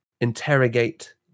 interrogate